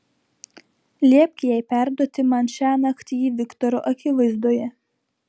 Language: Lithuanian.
liepk jai perduoti man šiąnakt jį viktoro akivaizdoje